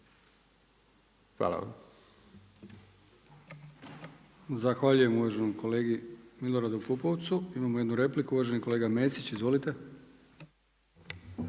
Hvala vam